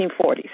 1940s